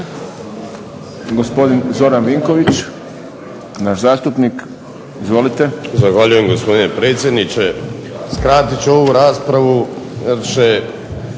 Gospodin Zoran Vinković naš zastupnik, izvolite. **Vinković, Zoran (HDSSB)** Zahvaljujem gospodine predsjedniče. Skratit ću ovu raspravu